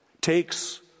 takes